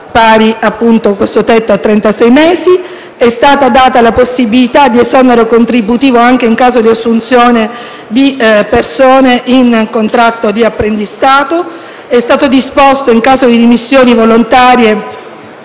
restituire l'incentivo. È stata data la possibilità di esonero contributivo anche in caso di assunzione di persone in contratto di apprendistato. È stata disposta, in caso di dimissioni volontarie,